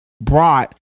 brought